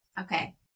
Okay